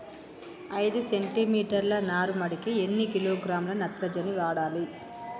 ఐదు సెంటిమీటర్ల నారుమడికి ఎన్ని కిలోగ్రాముల నత్రజని వాడాలి?